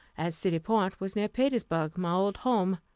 as city point was near petersburg, my old home.